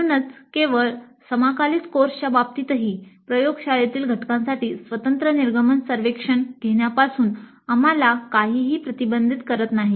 म्हणूनच केवळ समाकलित कोर्सच्या बाबतीतही प्रयोगशाळेतील घटकांसाठी स्वतंत्र निर्गमन सर्वेक्षण घेण्यापासून आम्हाला काहीही प्रतिबंधित करत नाही